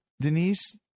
Denise